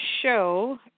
show